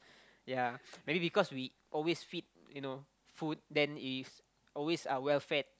ya maybe because we always feed you know food then it is always uh well fed